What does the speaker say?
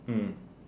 mm